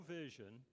vision